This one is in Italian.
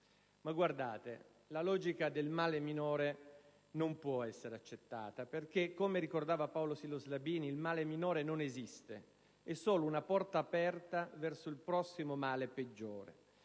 Guardate, la logica del male minore non può essere accettata, perché, come ricordava Paolo Sylos Labini, il male minore non esiste: è solo una porta aperta verso il prossimo male peggiore.